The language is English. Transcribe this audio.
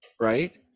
right